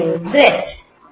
Lz